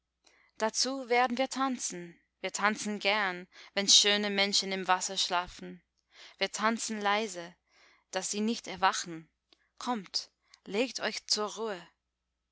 dazu werden wir tanzen wir tanzen gern wenn schöne menschen im wasser schlafen wir tanzen leise daß sie nicht erwachen kommt legt euch zur ruhe